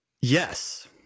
yes